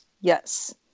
yes